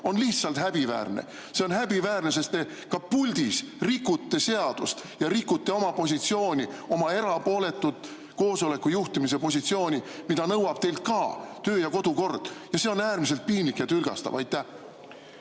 on lihtsalt häbiväärne. See on häbiväärne, sest te ka puldis olles rikute seadust ja rikute oma positsiooni, oma erapooletut koosoleku juhataja positsiooni, mida nõuab teilt kodu- ja töökord. See on äärmiselt piinlik ja tülgastav. Aitäh!